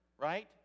right